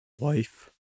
wife